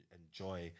enjoy